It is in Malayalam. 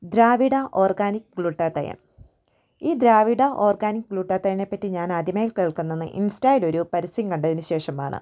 ദ്രാവിഡ ഓർഗാനിക്ക് ഗ്ലുട്ടാതയോൺ ഈ ദ്രാവിഡ ഓര്ഗാനിക്ക് ഗ്ലുട്ടാതയോണെപ്പറ്റി ഞാൻ ആദ്യമായി കേൾക്കുന്നത് ഇൻസ്റ്റായിലൊരു പരസ്യം കണ്ടതിന് ശേഷമാണ്